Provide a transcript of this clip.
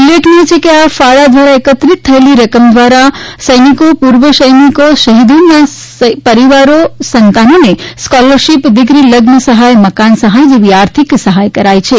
ઉલ્લેખનીય છે કે આ ફાળા ધ્વારા એકત્રિત થયેલી રકમ ધ્વારા સૈનિકો પુર્વ સૈનિકો શહીદોના પરીવાર સંતાનોને સ્કોલરશીપ દિકરી લગ્ત સહાય મકાન સહાય જેવી આર્થિક સહાય કરાય છે